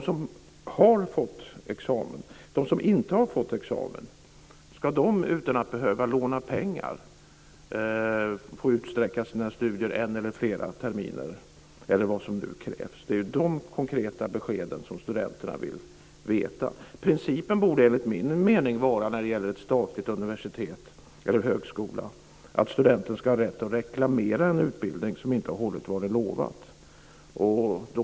Ska de som inte har fått examen utan att behöva låna pengar få utsträcka sina studier en eller flera terminer eller vad som nu krävs? Det är de konkreta beskeden som studenterna vill ha. Principen när det gäller ett statligt universitet eller en statlig högskola borde enligt min mening vara att studenten ska ha rätt att reklamera en utbildning som inte har hållit vad som lovats.